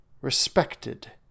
respected